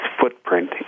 footprint